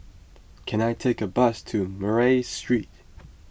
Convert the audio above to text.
can I take a bus to Murray Street